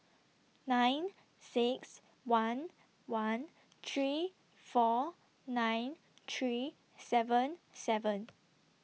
nine six one one three four nine three seven seven